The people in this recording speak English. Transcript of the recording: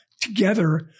together